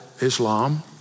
Islam